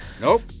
Nope